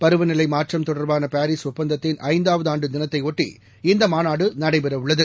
பருவநிலை மாற்றம் தொடர்பான பாரீஸ் ஒப்பந்தத்தின் ஐந்தாவது ஆண்டு தினத்தையொட்டி இந்த மாநாடு நடைபெறவுள்ளது